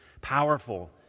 powerful